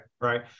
right